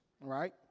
right